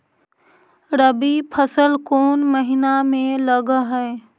रबी फसल कोन महिना में लग है?